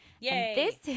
Yay